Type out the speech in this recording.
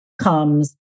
comes